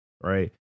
right